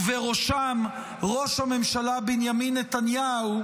ובראשם ראש הממשלה בנימין נתניהו,